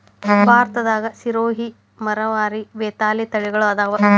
ಭಾರತದಾಗ ಸಿರೋಹಿ, ಮರವಾರಿ, ಬೇತಲ ತಳಿಗಳ ಅದಾವ